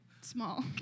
small